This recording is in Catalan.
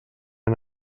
han